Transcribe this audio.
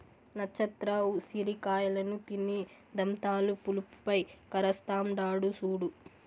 నచ్చత్ర ఉసిరి కాయలను తిని దంతాలు పులుపై కరస్తాండాడు సూడు